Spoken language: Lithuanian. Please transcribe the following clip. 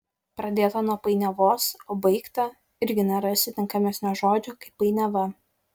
pradėta nuo painiavos o baigta irgi nerasi tinkamesnio žodžio kaip painiava